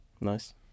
Nice